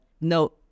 no